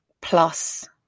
plus